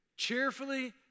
Cheerfully